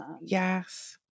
Yes